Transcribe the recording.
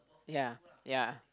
ya ya